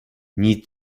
need